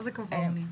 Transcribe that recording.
מה זה "קו עוני"?